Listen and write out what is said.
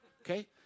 Okay